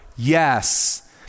Yes